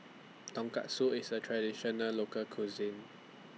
Tonkatsu IS A Traditional Local Cuisine